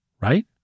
right